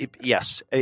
Yes